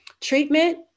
treatment